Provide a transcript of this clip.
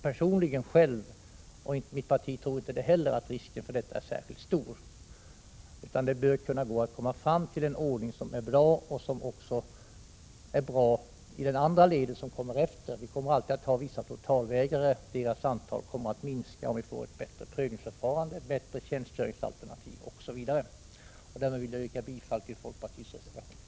Varken jag eller mitt parti tror att risken för något sådant är särskilt stor. Det bör kunna gå att komma fram till en ordning som är bra både i detta led och i det följande. Vi kommer alltid att ha vissa totalvägrare, men deras antal kommer att minska och vi kommer att få ett bättre prövningsförfarande, bättre tjänstgöringsalternativ osv. Därmed vill jag yrka bifall till folkpartiets reservation.